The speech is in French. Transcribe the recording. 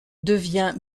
devient